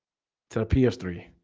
to the p s three